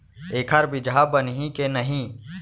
एखर बीजहा बनही के नहीं?